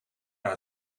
naar